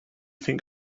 think